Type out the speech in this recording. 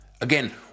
Again